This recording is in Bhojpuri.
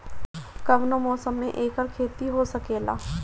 कवनो मौसम में एकर खेती हो सकेला